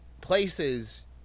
places